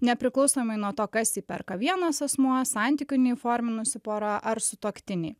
nepriklausomai nuo to kas jį perka vienas asmuo santykių neįforminusi pora ar sutuoktiniai